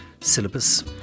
syllabus